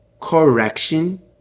Correction